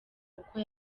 uko